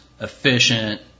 efficient